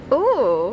oh